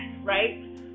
right